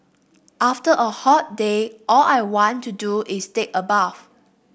after a hot day all I want to do is take a bath